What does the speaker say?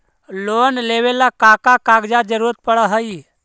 Loan लेवेला का का कागजात जरूरत पड़ हइ?